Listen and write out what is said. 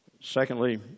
Secondly